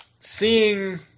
Seeing